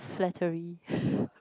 flattery